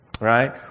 right